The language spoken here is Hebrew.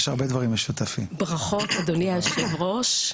ברכות אדוני היושב-ראש,